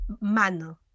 man